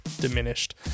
diminished